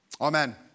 Amen